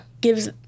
gives